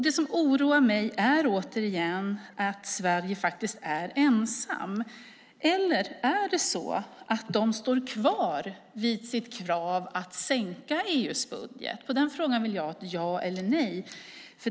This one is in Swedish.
Det som oroar mig är att Sverige faktiskt är ensamt. Eller är det så att de andra står kvar vid sitt krav att sänka EU:s budget? På den frågan vill jag att ministern svarar ja eller nej.